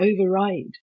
override